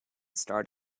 start